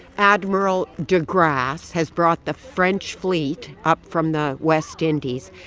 admiral de grasse has brought the french fleet up from the west indies,